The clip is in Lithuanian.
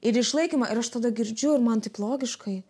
ir išlaikymą ir aš tada girdžiu ir man taip logiškai